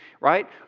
right